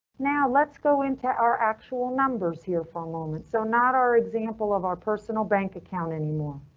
now let's go into our actual numbers here for a moment, so not our example of our personal bank account anymore.